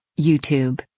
YouTube